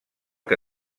que